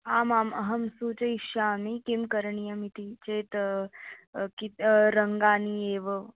आमाम् अहं सूचयिष्यामि किं करणीयमिति चेत् कित् रङ्गानि एव